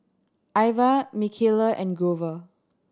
Ivah Michaela and Grover